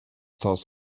toss